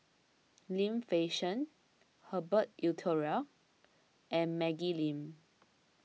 Lim Fei Shen Herbert Eleuterio and Maggie Lim